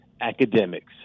academics